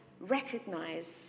recognize